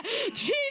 jesus